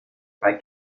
bei